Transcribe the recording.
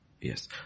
Yes